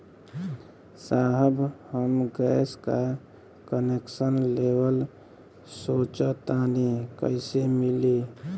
साहब हम गैस का कनेक्सन लेवल सोंचतानी कइसे मिली?